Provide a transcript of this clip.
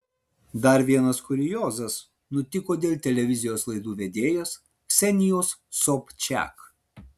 dar vienas kuriozas nutiko dėl televizijos laidų vedėjos ksenijos sobčiak